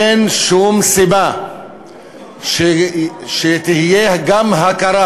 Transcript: אין שום סיבה שלא תהיה גם הכרה